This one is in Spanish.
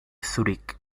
zúrich